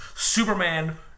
Superman